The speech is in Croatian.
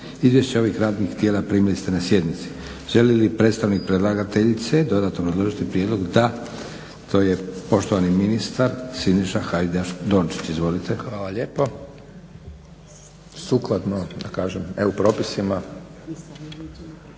Izvješća ovih radnih tijela primili ste na sjednici. Želi li predstavnik predlagateljice dodatno obrazložiti prijedlog? Da. To je poštovani ministar Siniša Hajdaš-Dončić. Izvolite. **Hajdaš Dončić, Siniša (SDP)** Hvala lijepo. Sukladno da kažem EU propisima